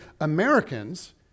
Americans